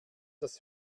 das